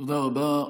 תודה רבה.